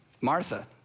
Martha